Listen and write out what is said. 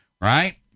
right